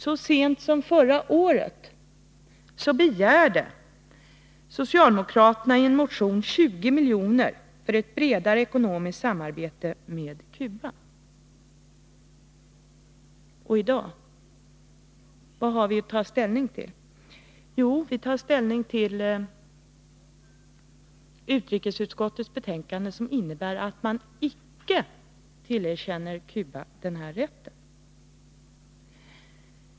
Så sent som 1982 begärde SAP i en motion 20 milj.kr.nor för bredare ekonomiskt samarbete med Kuba.” Och vad har vi att ta ställning till i dag? Jo, vi har att ta ställning till utrikesutskottets hemställan, som innebär att man icke tillerkänner Cuba rätt till bistånd.